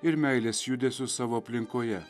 ir meilės judesius savo aplinkoje